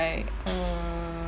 uh